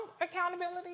accountability